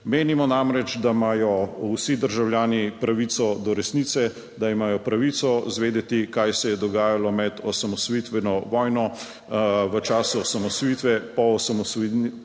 Menimo namreč, da imajo vsi državljani pravico do resnice, da imajo pravico vedeti, kaj se je dogajalo med osamosvojitveno vojno v času osamosvojitve in po osamosvojitveni